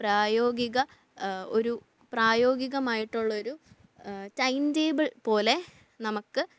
പ്രായോഗിക ഒരു പ്രായോഗികമായിട്ടുള്ള ഒരു ടൈം ടേബിൾ പോലെ നമുക്ക്